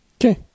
okay